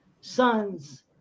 sons